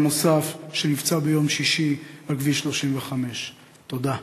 נוסף שנפצע ביום שישי על כביש 35. תודה.